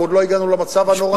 אנחנו עוד לא הגענו למצב הנורא הזה,